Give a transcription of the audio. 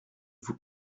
vous